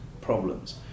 problems